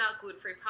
gluten-free